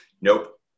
Nope